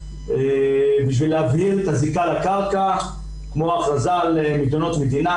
כדי להבהיר את הזיקה לקרקע כמו הכרזה על אדמות מדינה,